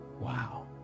Wow